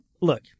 look